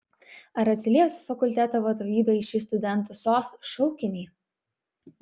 ar atsilieps fakulteto vadovybė į šį studentų sos šaukinį